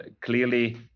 Clearly